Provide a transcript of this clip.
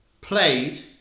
played